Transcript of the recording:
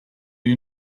you